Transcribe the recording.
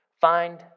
Find